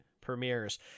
premieres